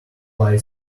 fly